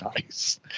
Nice